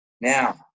Now